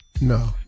No